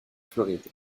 floride